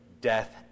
death